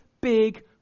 big